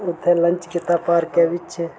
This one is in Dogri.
उत्थै लंच कीता पार्के बिच